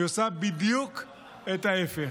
היא עושה בדיוק את ההפך.